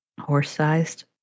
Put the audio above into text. horse-sized